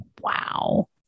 wow